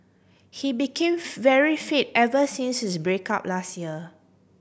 he became very fit ever since his break up last year